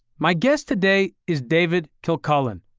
my guest today is david kilcullen,